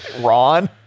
Ron